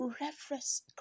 reference